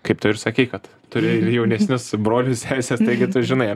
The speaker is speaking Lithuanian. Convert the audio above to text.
kaip tu ir sakei kad turi ir jaunesnius brolius seses taigi tu žinai ar